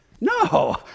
No